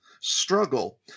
struggle